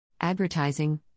Advertising